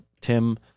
Tim